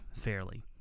fairly